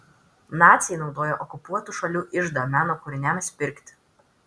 naciai naudojo okupuotų šalių iždą meno kūriniams pirkti